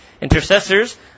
intercessors